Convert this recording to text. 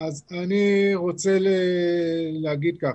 אז אני רוצה להגיד ככה,